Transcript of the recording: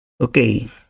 Okay